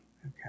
Okay